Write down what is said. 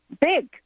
big